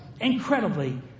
incredibly